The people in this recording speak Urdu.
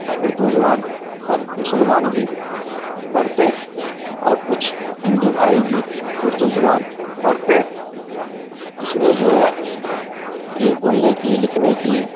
اور اردو زبان ہر مسلمان بھی پڑھتے ہیں اور کچھ ہندو بھائی بھی اردو زبان پڑھتے ہے اس میں جو ہے کہ بولنے کی لکھنے کی